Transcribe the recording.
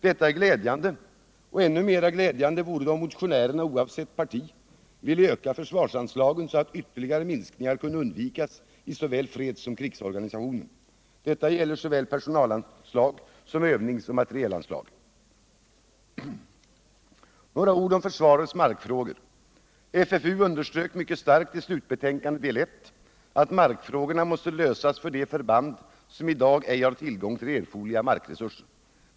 Detta är glädjande, och ännu mer glädjande vore det om motionärerna — oavsett parti — ville öka försvarsanslagen så att ytterligare minskningar kunde undvikas i såväl fredssom krigsorganisationen. Detta gäller såväl personalanslag som övningsoch materielanslag. Så några ord om försvarets markfrågor. FFU underströk mycket starkt i slutbetänkandet del I att markfrågorna måste lösas för de förband som i dag inte har tillgång till erforderliga markresurser.